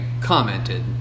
commented